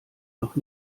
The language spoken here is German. noch